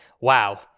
wow